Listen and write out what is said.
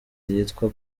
ryitwa